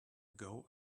ago